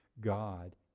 God